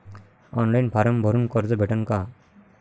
Online form भरून कर्ज भेटन का?